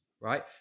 right